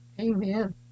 Amen